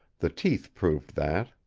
the teeth proved that.